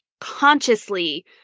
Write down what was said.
consciously